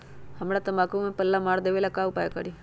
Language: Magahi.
हमरा तंबाकू में पल्ला मार देलक ये ला का करी?